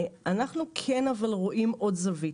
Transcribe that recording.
אבל אנחנו כן רואים עוד זווית,